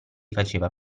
faceva